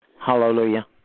Hallelujah